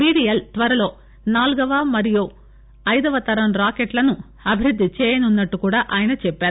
BDL త్వరలో నాల్గవ మరియు ఐదవ తరం రాకెట్లను అభివృద్ది చేయనుందని కూడా ఆయన చెప్పారు